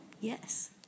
Yes